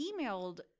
emailed